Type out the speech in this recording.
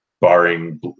barring –